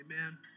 Amen